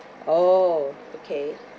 oh okay